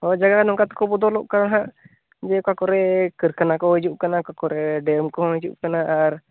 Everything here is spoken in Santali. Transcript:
ᱱᱚᱜᱼᱚᱭ ᱡᱟᱭᱜᱟ ᱱᱚᱝᱠᱟ ᱛᱮᱠᱚ ᱵᱚᱫᱚᱞᱚᱜ ᱠᱟᱱᱟ ᱦᱟᱸᱜ ᱡᱮ ᱚᱠᱟ ᱠᱚᱨᱮ ᱠᱟᱹᱨᱠᱷᱟᱱᱟ ᱠᱚ ᱦᱤᱡᱩᱜ ᱠᱟᱱᱟ ᱚᱠᱟ ᱠᱚᱨᱮ ᱰᱮᱢ ᱠᱚᱦᱚᱸ ᱦᱤᱡᱩᱜ ᱠᱟᱱᱟ ᱟᱨ